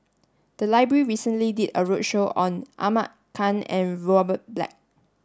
the library recently did a roadshow on Ahmad Khan and Robert Black